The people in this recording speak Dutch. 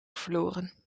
verloren